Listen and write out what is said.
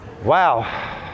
wow